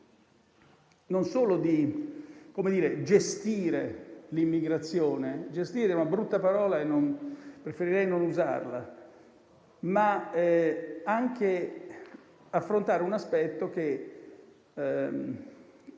non solo di gestire l'immigrazione - anche se «gestire» è una brutta parola e preferirei non usarla - ma anche di considerare un aspetto che